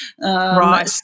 right